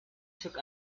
took